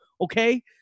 okay